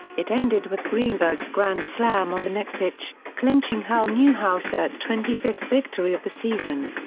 it ended with greenberg's grand slam on the next pitch, clinching hal newhouser's twenty fifth victory of the season.